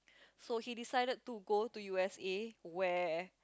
so he decided to go to U_S_A where